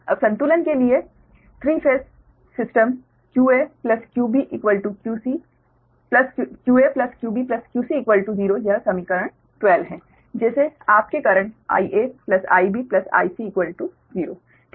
अब संतुलन के लिए 3 फेस प्रणाली qa qb qc0 यह समीकरण 12 है जैसे आपके करेंट Ia Ib Ic0 ठीक